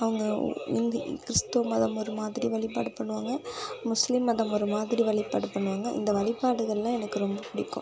அவங்க ஹிந்தி கிறிஸ்துவம் மதம் ஒரு மாதிரி வழிபாடு பண்ணுவாங்க முஸ்லீம் மதம் ஒரு மாதிரி வழிபாடு பண்ணுவாங்க இந்த வழிபாடுகள்லாம் எனக்கு ரொம்ப பிடிக்கும்